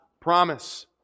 promise